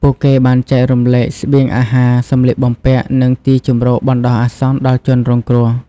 ពួកគេបានចែករំលែកស្បៀងអាហារ សំលៀកបំពាក់ និងទីជម្រកបណ្តោះអាសន្នដល់ជនរងគ្រោះ។